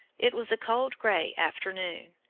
it was a cold, gray afternoon.